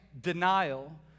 denial